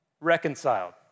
reconciled